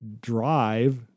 drive